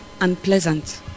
unpleasant